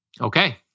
Okay